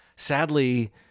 sadly